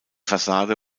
fassade